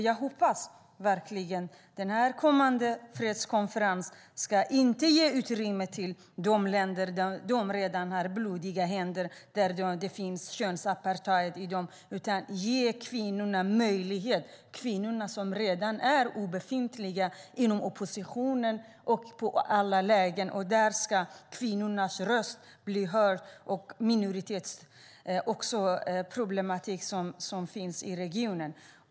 Jag hoppas verkligen att den kommande fredskonferensen inte ska ge utrymme till de länder som redan har blodiga händer där det finns könsapartheid. Det handlar om att ge kvinnor möjlighet. Kvinnorna är redan obefintliga inom oppositionen och i alla lägen. Där ska kvinnornas röst bli hörd och också den minoritetsproblematik som finns i regionen.